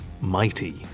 mighty